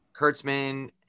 Kurtzman